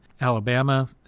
Alabama